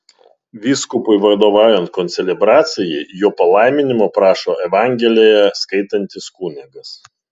vyskupui vadovaujant koncelebracijai jo palaiminimo prašo evangeliją skaitantis kunigas